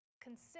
consider